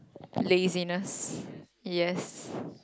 laziness yes